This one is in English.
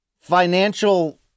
financial